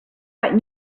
gotten